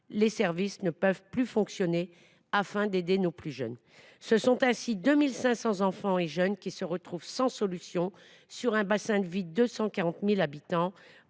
les services ne peuvent plus fonctionner pour aider nos plus jeunes. Ce sont ainsi 2 500 enfants et jeunes qui se retrouvent sans solution, sur un bassin de vie de 240 000 habitants.